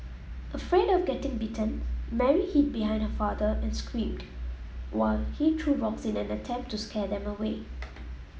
afraid of getting bitten Mary hid behind her father and screamed while he threw rocks in an attempt to scare them away